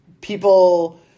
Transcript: people